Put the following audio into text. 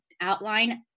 outline